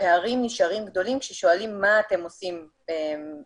והפערים נשארים גדולים כששואלים מה אתם עושים באינטרנט,